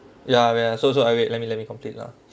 ya ya so so I wait let me let me complete lah